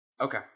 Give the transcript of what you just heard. Okay